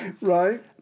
Right